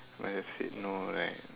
when I said no right